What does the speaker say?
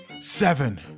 seven